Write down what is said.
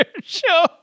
show